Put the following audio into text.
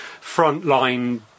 frontline